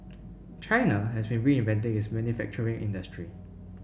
China has been reinventing its manufacturing industry